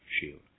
shield